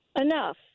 Enough